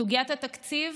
סוגיית התקציב